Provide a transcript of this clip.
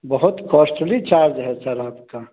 बहुत costly charge है sir आपका